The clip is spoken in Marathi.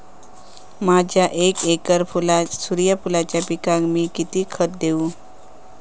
माझ्या एक एकर सूर्यफुलाच्या पिकाक मी किती खत देवू?